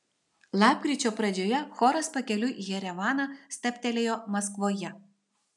lapkričio pradžioje choras pakeliui į jerevaną stabtelėjo maskvoje